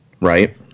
Right